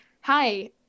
hi